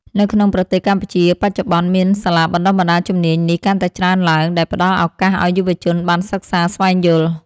នៅក្នុងប្រទេសកម្ពុជាបច្ចុប្បន្នមានសាលាបណ្តុះបណ្តាលជំនាញនេះកាន់តែច្រើនឡើង ដែលផ្តល់ឱកាសឱ្យយុវជនបានសិក្សាស្វែងយល់។